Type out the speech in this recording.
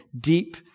deep